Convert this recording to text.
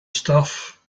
stuff